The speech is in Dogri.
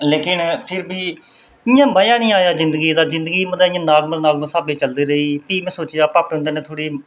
लेकिन फिर बी इ'यां मजा निं आया जिंदगी दा जिंदगी मतलब इ'यां नार्मल स्हाबै चलदे रेही फ्ही में सोचेआ भापे होंदे नै थोह्ड़ी